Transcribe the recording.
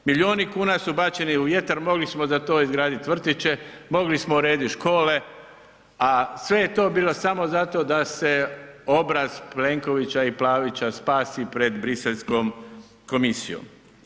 Milijuni kuna su bačeni u vjetar, mogli smo za to izgraditi vrtiće, mogli smo urediti škole, a sve je to bila samo zato da se obraz Plenkovića i Pavića spasi pred briselskom komisijom.